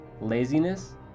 Laziness